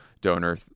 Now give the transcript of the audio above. donor